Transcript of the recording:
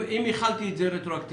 אם החלתי את זה רטרואקטיבית,